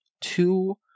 two